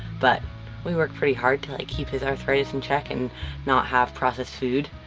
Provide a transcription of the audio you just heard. but we worked pretty hard to like keep his arthritis in check and not have process food.